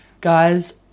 guys